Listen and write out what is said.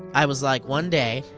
i was like, one day.